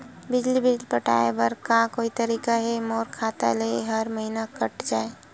बिजली बिल पटाय बर का कोई तरीका हे मोर खाता ले हर महीना कट जाय?